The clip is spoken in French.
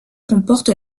comporte